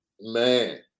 man